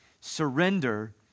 Surrender